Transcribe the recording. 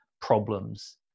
problems